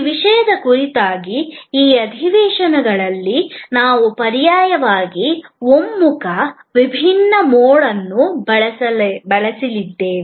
ಈ ವಿಷಯದ ಕುರಿತಾದ ಈ ಅಧಿವೇಶನಗಳಲ್ಲಿ ನಾವು ಪರ್ಯಾಯವಾಗಿ ಒಮ್ಮುಖ ವಿಭಿನ್ನ ಮೋಡ್ ಅನ್ನು ಬಳಸಲಿದ್ದೇವೆ